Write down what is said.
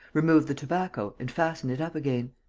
remove the tobacco and fasten it up again.